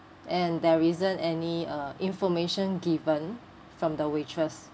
and there isn't any uh information given from the waitress